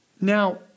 Now